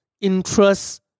interest